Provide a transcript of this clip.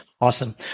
Awesome